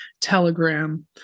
Telegram